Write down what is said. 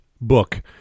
book